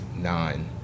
Nine